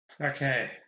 Okay